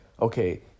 okay